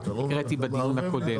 הקראתי בדיון הקודם.